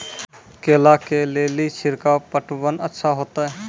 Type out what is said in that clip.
केला के ले ली छिड़काव पटवन अच्छा होते?